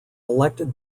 elected